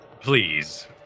Please